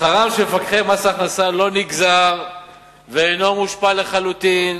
שכרם של מפקחי מס ההכנסה לא נגזר ואינו מושפע לחלוטין